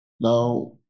Now